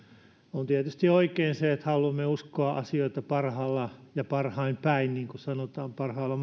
on tietysti oikein se että haluamme uskoa asioita parhain päin niin kuin sanotaan parhaalla mahdollisella